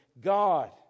God